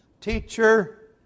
Teacher